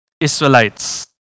Israelites